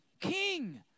king